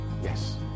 Yes